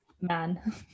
man